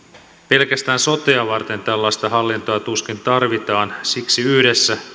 pelkästään sotea varten tällaista hallintoa tuskin tarvitaan siksi yhdessä